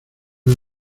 una